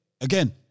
again